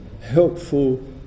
helpful